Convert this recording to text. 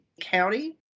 county